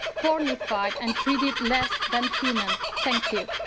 pornified and treated less than human. thank you.